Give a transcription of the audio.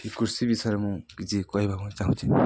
କୃଷି ବିଷୟରେ ମୁଁ କିଛି କହିବାକୁ ଚାହୁଁଛି